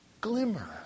glimmer